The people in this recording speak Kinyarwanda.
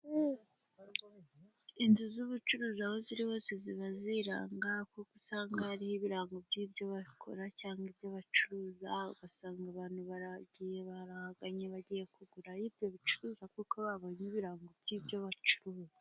Inzu z’ubucuruzi, aho ziri hose, ziba ziranga kuko usanga hariho ibirango by’ibyo bakora cyangwa ibyo bacuruza. Usanga abantu barahagiye, barahaganye, bagiye kugura aho ibyo bicuruzwa, kuko babonye ibirango by’ibyo bacuruza.